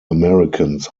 americans